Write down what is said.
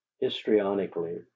histrionically